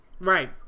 Right